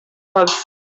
bugs